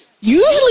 Usually